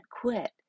quit